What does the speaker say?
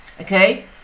okay